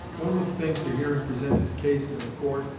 one would think, to hear him present his case in the court,